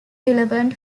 relevant